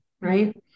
right